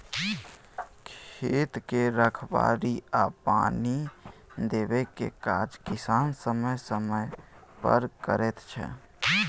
खेत के रखबाड़ी आ पानि देबाक काज किसान समय समय पर करैत छै